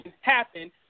happen